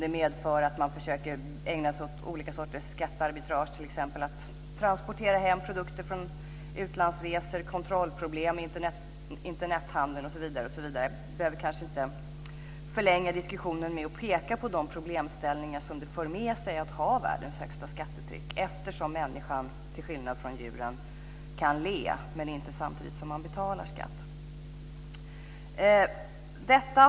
Det medför att man försöker ägna sig åt olika sorters skattearbitrage, t.ex. att transportera hem produkter i samband med utlandsresor. Det blir kontrollproblem med Internethandeln osv. Jag behöver kanske inte förlänga diskussionen med att peka på de problem som det för med sig att ha världens högsta skattetryck, eftersom människor till skillnad från djuren kan le men inte samtidigt som de betalar skatt.